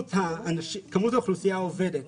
כמות האוכלוסייה העובדת